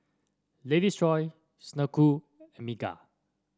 Lady's Choice Snek Ku and Megan